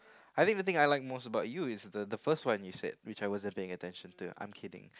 I didn't even think I like most about you is the the first one you said which I wasn't paying attention to I'm kidding